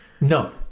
No